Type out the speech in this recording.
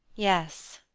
yes,